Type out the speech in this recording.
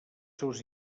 seus